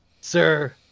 sir